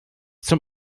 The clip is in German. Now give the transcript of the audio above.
zum